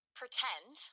pretend